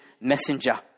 messenger